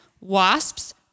wasps